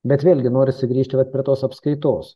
bet vėlgi norisi grįžti vat prie tos apskaitos